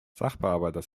sachbearbeiter